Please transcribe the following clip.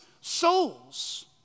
souls